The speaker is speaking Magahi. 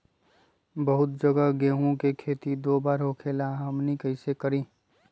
बहुत जगह गेंहू के खेती दो बार होखेला हमनी कैसे करी?